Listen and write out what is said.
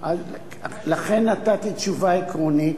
לכן נתתי תשובה עקרונית,